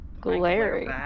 Glaring